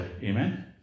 Amen